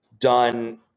done